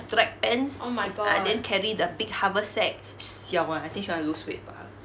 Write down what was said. track pants ah then carry the big hover sack siao [one] I think she want to lose weight bah